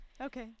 Okay